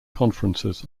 conferences